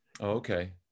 Okay